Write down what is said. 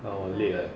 ah 我很累 leh